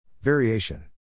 Variation